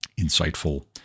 insightful